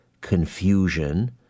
confusion